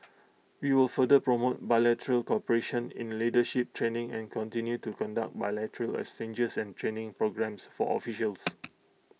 we will further promote bilateral cooperation in leadership training and continue to conduct bilateral exchanges and training programs for officials